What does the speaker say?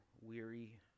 weary